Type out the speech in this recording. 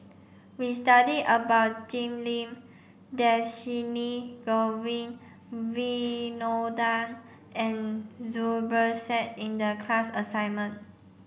we studied about Jim Lim Dhershini Govin Winodan and Zubir Said in the class assignment